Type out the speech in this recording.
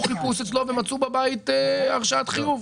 עשו אצלו חיפוש ומצאו בביתו הרשאת חיוב,